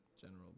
general